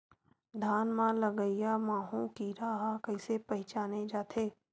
धान म लगईया माहु कीरा ल कइसे पहचाने जाथे?